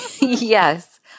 Yes